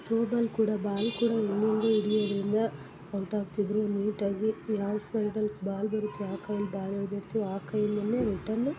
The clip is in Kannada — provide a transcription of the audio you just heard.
ತ್ರೋಬಾಲ್ ಕೂಡ ಬಾಲ್ ಕೂಡ ಹಿಂದಿಂದ ಹಿಡಿಯೋದ್ರಿಂದ ಔಟ್ ಆಗ್ತಿದ್ದರು ನೀಟಾಗಿ ಯಾವ ಸೈಡಲ್ಲಿ ಬಾಲ್ ಬರುತ್ತೆ ಆ ಕೈಯಲ್ಲಿ ಬಾಲ್ ಇಡ್ದಿರ್ತಿವೊ ಆ ಕೈಯಿಂದನೆ ರಿಟರ್ನ